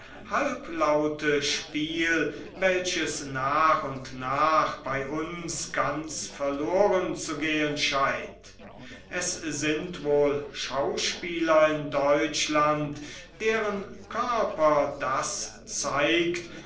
halblaute spiel welches nach und nach bei uns ganz verlorenzugehen scheint es sind wohl schauspieler in deutschland deren körper das zeigt